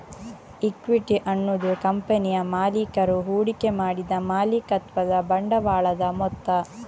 equity ಅನ್ನುದು ಕಂಪನಿಯ ಮಾಲೀಕರು ಹೂಡಿಕೆ ಮಾಡಿದ ಮಾಲೀಕತ್ವದ ಬಂಡವಾಳದ ಮೊತ್ತ